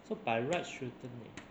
so by right shouldn't leh